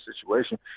situation